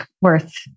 worth